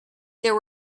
there